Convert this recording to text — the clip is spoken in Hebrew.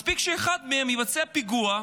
מספיק שאחד מהם יבצע פיגוע,